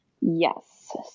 Yes